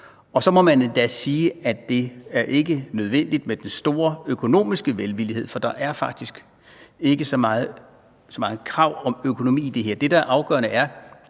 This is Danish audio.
Og så må man endda sige, at det ikke er nødvendigt med den store økonomiske velvillighed, for der er faktisk ikke så mange krav til økonomi i det her.